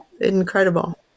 incredible